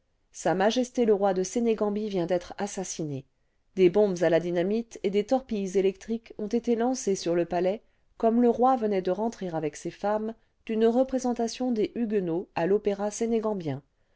s m le roi de sénégambie vient d'être assassiné des bombes à la dynamite et des torpilles électriques ont été lancées sur le palais comme le roi venait de rentrer avec ses femmes d'une représentation des huguenots à l'opéra sénégambien